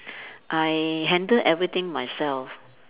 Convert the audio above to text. I handle everything myself